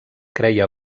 creia